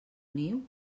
niu